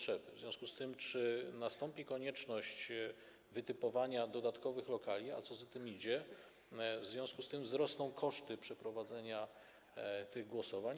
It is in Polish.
Czy nastąpi konieczność wytypowania dodatkowych lokali, a co za tym idzie, czy w związku z tym wzrosną koszty przeprowadzenia tych głosowań?